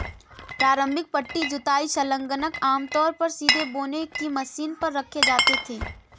प्रारंभिक पट्टी जुताई संलग्नक आमतौर पर सीधे बोने की मशीन पर रखे जाते थे